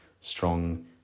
strong